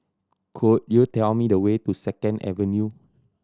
could you tell me the way to Second Avenue